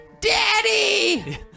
Daddy